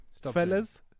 Fellas